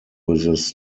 this